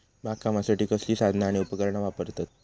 बागकामासाठी कसली साधना आणि उपकरणा वापरतत?